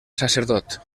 sacerdot